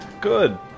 Good